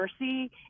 mercy